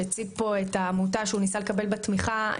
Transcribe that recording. שהציג פה את העמותה שהוא ניסה לקבל תמיכה בה.